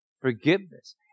forgiveness